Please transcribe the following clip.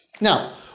Now